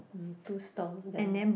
mm two stall there